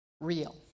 real